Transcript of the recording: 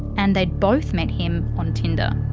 and they'd both met him on tinder.